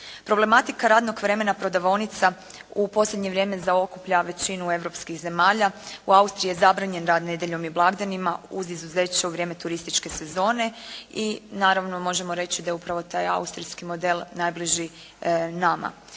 Problematika radnog vremena prodavaonica u posljednje vrijeme zaokuplja većinu europskih zemalja. U Austriji je zabranjen rad nedjeljom i blagdanima, uz izuzeće u vrijeme turističke sezone i naravno možemo reći da je upravo taj austrijski model najbliži nama.